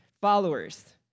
followers